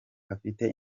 afite